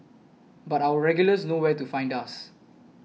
but our regulars know where to find us